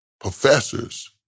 professors